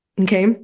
Okay